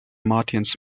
martians